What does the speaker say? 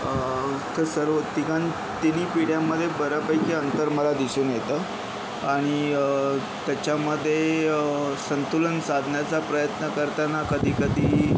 तर सर्व तिघां तिन्ही पिढ्यांमध्ये बऱ्यापैकी अंतर मला दिसून येतं आणि त्याच्यामध्ये संतुलन साधण्याचा प्रयत्न करताना कधी कधी